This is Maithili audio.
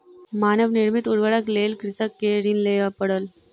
मानव निर्मित उर्वरकक लेल कृषक के ऋण लिअ पड़ल